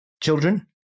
children